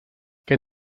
que